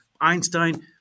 Einstein